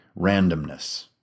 randomness